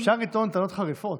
אגב, אפשר לטעון טענות חריפות.